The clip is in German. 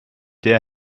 der